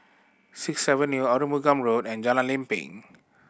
Sixth Avenue Arumugam Road and Jalan Lempeng